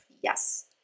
yes